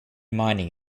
mining